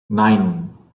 nine